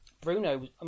Bruno